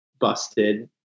busted